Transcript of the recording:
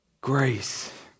grace